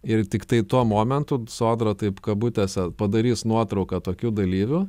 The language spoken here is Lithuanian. ir tiktai tuo momentu sodra taip kabutėse padarys nuotrauką tokių dalyvių